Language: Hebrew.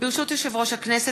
ברשות יושב-ראש הכנסת,